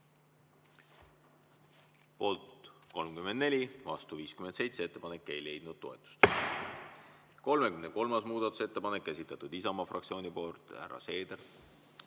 Poolt 35, vastu 56. Ettepanek ei leidnud toetust. 36. muudatusettepanek, esitatud Isamaa fraktsiooni poolt. Härra Seeder!